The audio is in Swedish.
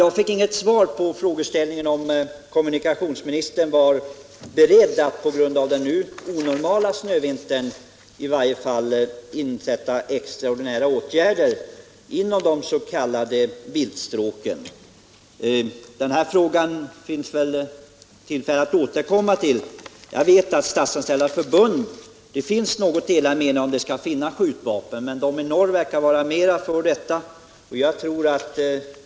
Jag fick inget svar på frågan om kommunikationsministern var beredd att på grund av den onormala snövintern i varje fall verka för extraordinära åtgärder inom de s.k. viltstråken. Det blir väl tillfälle att återkomma till denna fråga. Jag vet att det inom Statsanställdas förbund råder något delade meningar om huruvida det skall finnas skjutvapen för sådana här tillfällen. Men i norr verkar man vara mer villig att handskas med skjutvapen.